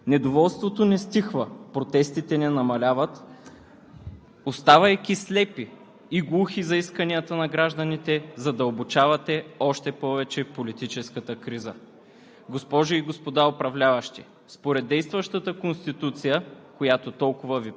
Мнозина отново поискаха независимост – този път от собственото си управление. Недоволството не стихва. Протестите не намаляват. Оставайки слепи и глухи за исканията на гражданите, задълбочавате още повече политическата криза.